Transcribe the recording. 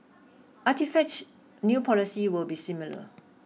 Artichoke's new policy will be similar